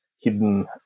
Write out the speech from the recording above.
hidden